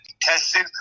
tested